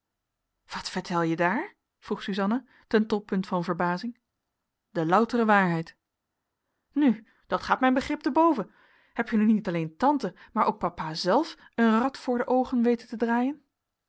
wat vertel je daar vroeg suzanna ten toppunt van verbazing de loutere waarheid nu dat gaat mijn begrip te boven heb je nu niet alleen tante maar ook papa zelf een rad voor de oogen weten te draaien